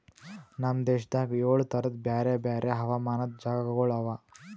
ನಮ್ ದೇಶದಾಗ್ ಏಳು ತರದ್ ಬ್ಯಾರೆ ಬ್ಯಾರೆ ಹವಾಮಾನದ್ ಜಾಗಗೊಳ್ ಅವಾ